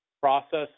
process